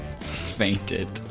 Fainted